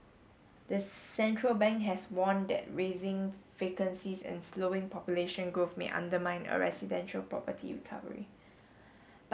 the central bank has warned that rising vacancies and slowing population growth may undermine a residential property recovery